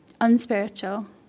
unspiritual